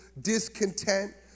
discontent